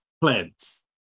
plants